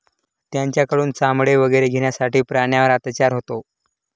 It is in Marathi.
त्यांच्याकडून चामडे वगैरे घेण्यासाठी प्राण्यांवर अत्याचार होतो